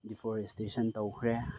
deforestation ꯇꯧꯈ꯭ꯔꯦ